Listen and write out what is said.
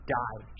die